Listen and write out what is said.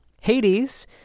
Hades